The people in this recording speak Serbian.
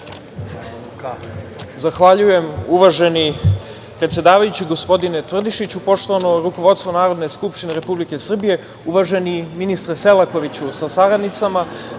Zahvaljujem uvaženi predsedavajući, gospodine Tvrdišiću. Poštovano rukovodstvo Narodne skupštine Republike Srbije, uvaženi ministre Selakoviću sa saradnicama,